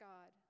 God